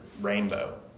rainbow